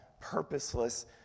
purposeless